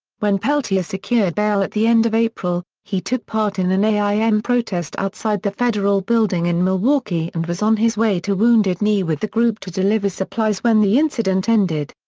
when peltier secured bail at the end of april, he took part in an aim protest outside the federal building in milwaukee and was on his way to wounded knee with the group to deliver supplies when the incident ended.